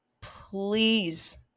please